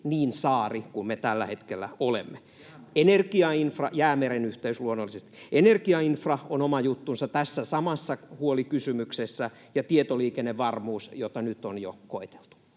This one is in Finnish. niin saari kuin me tällä hetkellä olemme? [Eduskunnasta: Jäämeri!] — Jäämeren yhteys luonnollisesti. Energiainfra on oma juttunsa tässä samassa huolikysymyksessä ja tietoliikennevarmuus, jota nyt on jo koeteltu.